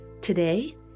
Today